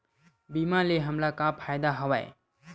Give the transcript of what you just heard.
बीमा ले हमला का फ़ायदा हवय?